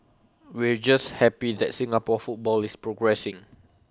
we're just happy that Singapore football is progressing